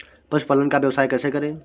पशुपालन का व्यवसाय कैसे करें?